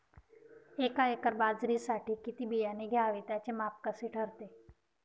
एका एकर बाजरीसाठी किती बियाणे घ्यावे? त्याचे माप कसे ठरते?